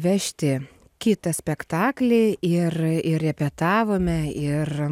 vežti kitą spektaklį ir ir repetavome ir